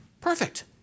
Perfect